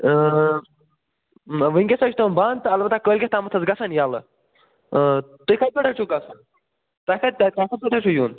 ٲں نَہ وُنکیٚس حظ چھِ تِم بنٛد تہٕ البتہ کٲلکیٚتھ تامتھ حظ گَژھَن ییٚلہٕ ٲں تُہۍ کَتہِ پٮ۪ٹھ حظ چھُو کَتھ تۄہہِ کَتہِ تۄہہِ کتہِ پٮ۪ٹھ حظ چھُو یُن